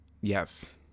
Yes